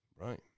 Right